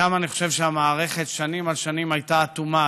שם אני חושב שהמערכת שנים על שנים הייתה אטומה,